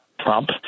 Trump